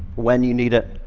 when you need it,